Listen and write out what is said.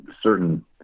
certain